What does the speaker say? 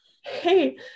Hey